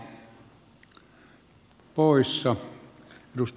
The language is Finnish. arvoisa puhemies